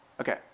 Okay